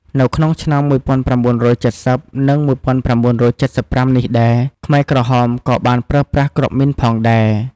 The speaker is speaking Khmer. នៅក្នុងឆ្នាំ ១៩៧០ និង ១៩៧៥ នេះដែរ ខ្មែរក្រហមក៏បានប្រើប្រាស់គ្រាប់មីនផងដែរ។